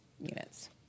units